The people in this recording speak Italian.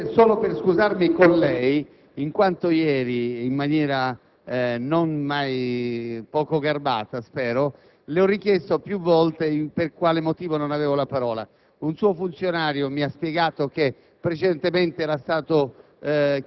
per scusarmi con lei in quanto ieri, in maniera, spero, mai poco garbata, le ho richiesto più volte per quale motivo non avessi la parola. Un funzionario mi ha spiegato che precedentemente era stato